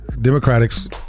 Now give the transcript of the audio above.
Democrats